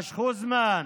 משכו זמן,